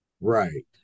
right